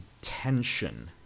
tension